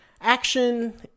action